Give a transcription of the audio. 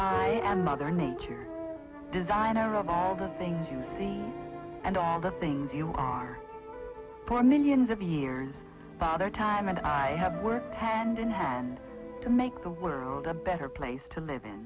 i am mother nature designer of all the things you and all the things you are for millions of years bother time and i have worked hand in hand to make the world a better place to live